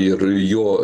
ir jo